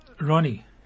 Ronnie